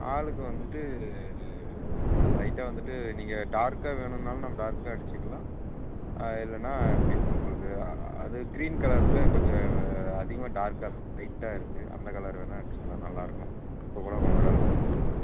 ஹாலுக்கு வந்துட்டு லைட்டாக வந்துட்டு நீங்கள் டார்க்காக வேணும்னாலும் நம்ம டார்க்காக அடிச்சிக்கலாம் ஆ இல்லைன்னா எப்படி சொல்கிறது அது க்ரீன் கலர்ல கொஞ்சம் அதிகமாக டார்க்காக லைட்டாக இருக்குது அந்த கலர் வேணா அடிச்சிக்கலாம் நல்லாருக்கும் இப்போ கூட ஒரு ஆளுக்கு கொடுத்துருக்கோம்